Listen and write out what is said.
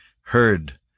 heard